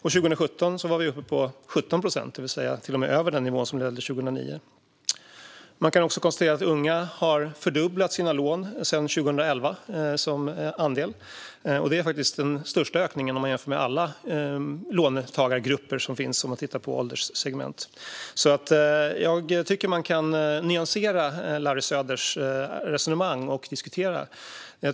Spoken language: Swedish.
År 2017 var andelen uppe på 17 procent, det vill säga till och med över den nivå som vi hade 2009. Man kan också konstatera att de unga som andel har fördubblat sina lån sedan 2011. Det är faktiskt den största ökningen om man jämför med alla låntagargrupper som finns, om man tittar på ålderssegment. Jag tycker därför att man kan nyansera Larry Söders resonemang och diskutera detta.